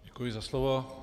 Děkuji za slovo.